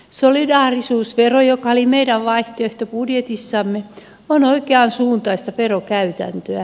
solidaarisuusvero joka oli meidän vaihtoehtobudjetissamme on oikeansuuntaista verokäytäntöä